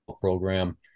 program